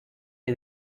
que